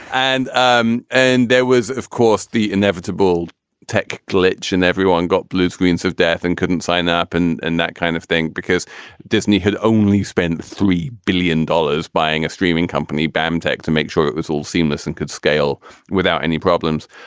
and um and there was of course the inevitable tech glitch and everyone got blue screens of death and couldn't sign up and and that kind of thing because disney had only spent three billion dollars buying a streaming company bam tech to make sure it was all seamless and could scale without any problems.